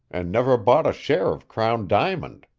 and never bought a share of crown diamond.